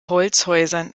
holzhäusern